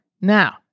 Now